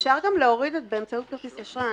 אפשר גם להוריד את "באמצעות כרטיס אשראי".